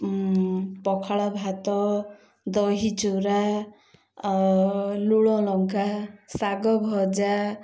ପଖାଳ ଭାତ ଦହି ଚୁରା ଲୁଣ ଲଙ୍କା ଶାଗ ଭଜା